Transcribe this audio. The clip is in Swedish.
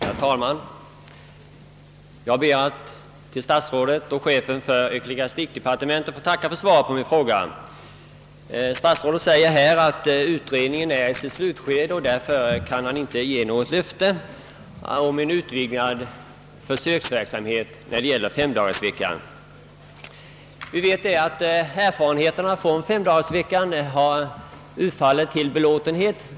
Herr talman! Jag ber att få tacka statsrådet och chefen för ecklesiastikdepartementet för svaret på min fråga. Statsrådet säger att utredningen är 1 sitt slutskede och att han därför inte kan ge något löfte om en utvidgad försöksverksamhet när det gäller 5-dagarsvecka i skolorna. Vi vet att försöken med 5-dagarsvecka hittills har utfallit till belåtenhet.